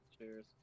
Cheers